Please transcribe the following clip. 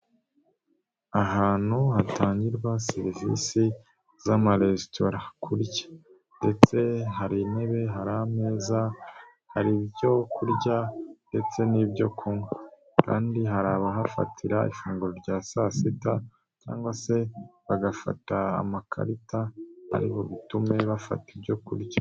Ahantu hatangirwa serivisi z'amaresitora kurya ndetse hari intebe hari ameza hari ibyo kurya ndetse n'ibyo kunywa, kandi hari abahafatira ifunguro rya saa sita, cyangwa se bagafata amakarita ari butume bafata ibyo kurya.